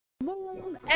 moon